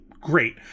Great